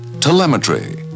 telemetry